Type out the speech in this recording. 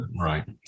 Right